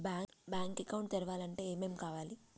Bank account తెరవాలంటే ఏమేం కావాలి?